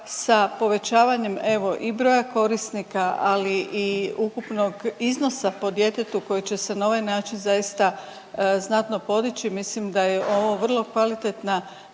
sa povećavanjem evo i broja korisnika ali i ukupnog iznosa po djetetu koji će se na ovaj način zaista znatno podići, mislim da je ovo vrlo kvalitetna